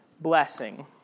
blessing